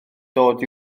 dod